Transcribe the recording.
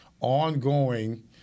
ongoing